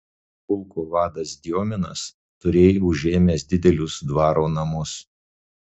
pulko vadas diominas turėjo užėmęs didelius dvaro namus